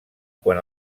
quan